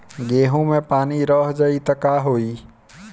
गेंहू मे पानी रह जाई त का होई?